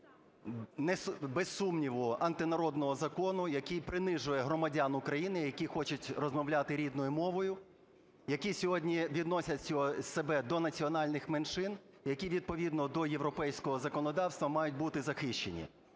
без сумніву, антинародного закону, який принижує громадян України, які хочуть розмовляти рідною мовою, які сьогодні відносять себе до національних меншин, які відповідно до європейського законодавства мають бути захищені.